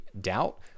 doubt